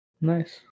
Nice